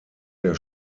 der